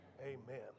amen